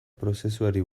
prozesuari